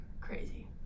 Crazy